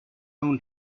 own